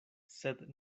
sed